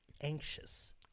anxious